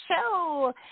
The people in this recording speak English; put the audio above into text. show